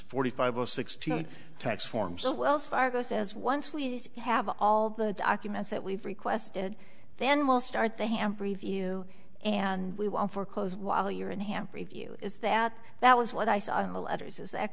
forty five or sixty eight tax forms or wells fargo says once we have all the documents that we've requested then we'll start the hamp review and we won for close while year and ham preview is that that was what i saw in the letters is that